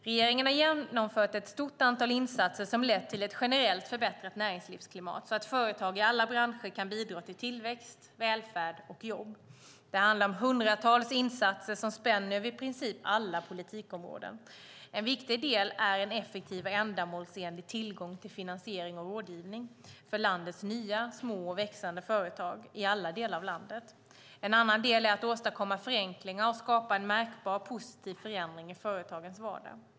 Regeringen har genomfört ett stort antal insatser som lett till ett generellt förbättrat näringslivsklimat så att företag i alla branscher kan bidra till tillväxt, välfärd och jobb. Det handlar om hundratals insatser som spänner över i princip alla politikområden. En viktig del är en effektiv och ändamålsenlig tillgång till finansiering och rådgivning för landets nya, små och växande företag i alla delar av landet. En annan del är att åstadkomma förenklingar och att skapa en märkbar positiv förändring i företagens vardag.